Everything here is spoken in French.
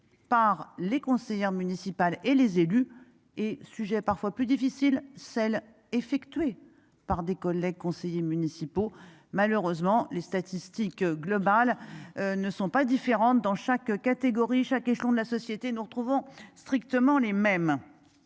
par les conseillères municipales et les élus et sujet parfois plus difficile, celle effectuée par des collègues conseillers municipaux. Malheureusement, les statistiques globales ne sont pas différentes dans chaque catégorie, chaque échelon de la société nous retrouvons strictement les mêmes.